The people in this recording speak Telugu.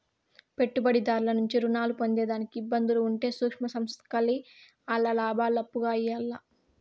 పెట్టుబడిదారుల నుంచి రుణాలు పొందేదానికి ఇబ్బందులు ఉంటే సూక్ష్మ సంస్థల్కి ఆల్ల లాబాలు అప్పుగా ఇయ్యాల్ల